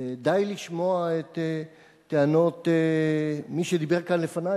ודי לשמוע את טענות מי שדיבר כאן לפני,